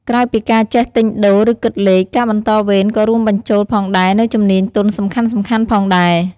ក្រៅពីការចេះទិញដូរ ឬគិតលេខ ការបន្តវេនក៏រួមបញ្ចូលផងដែរនូវជំនាញទន់សំខាន់ៗផងដែរ។